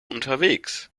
unterwegs